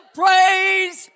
praise